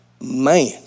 Man